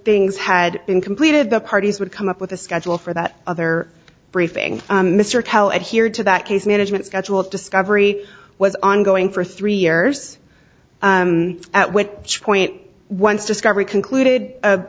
things had been completed the parties would come up with a schedule for that other briefing mr kelly and here to that case management schedule of discovery was ongoing for three years at which point once discovery concluded